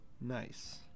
nice